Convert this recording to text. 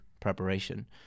preparation